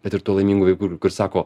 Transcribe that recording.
bet ir tuo laimingųjų kur kur sako